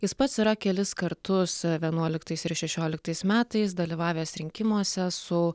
jis pats yra kelis kartus vienuoliktais ir šešioliktais metais dalyvavęs rinkimuose su